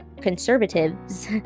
conservatives